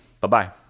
Bye-bye